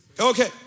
Okay